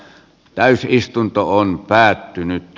täysi istuntoon päätynyt